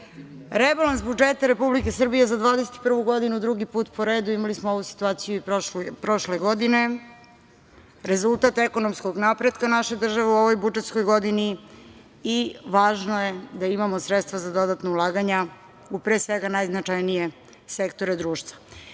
sredinu. Rebalans budžeta Republike Srbije za 2021. godinu drugi put po redu, imali smo ovu situaciju i prošle godine, rezultat je ekonomskog napretka naše države u ovoj budžetskoj godini i važno je da imamo sredstva za dodatna ulaganja, u pre svega najznačajnije sektore društva. Izuzetno